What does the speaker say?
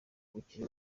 bukiri